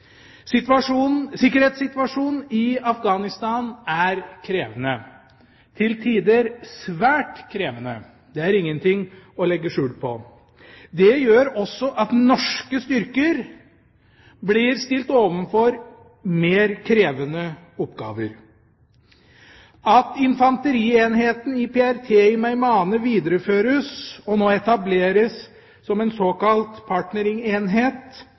Sikkerhetssituasjonen i Afghanistan er krevende, til tider svært krevende. Det er ingenting å legge skjul på. Det gjør også at norske styrker blir stilt overfor mer krevende oppgaver. At infanterienheten i PRT Meymaneh videreføres og nå etableres som en såkalt partneringenhet,